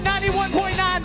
91.9